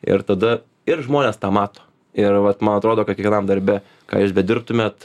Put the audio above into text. ir tada ir žmonės tą mato ir vat man atrodo kad kiekvienam darbe ką jūs bedirbtumėt